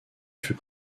fut